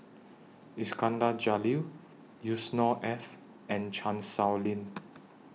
Iskandar Jalil Yusnor Ef and Chan Sow Lin